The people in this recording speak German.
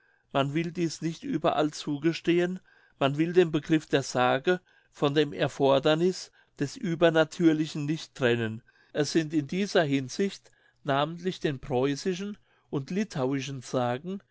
man will dies nicht überall zugestehen man will den begriff der sage von dem erforderniß des uebernatürlichen nicht trennen es sind in dieser hinsicht namentlich den preußischen und litthauischen sagen